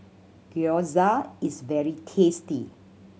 gyoza is very tasty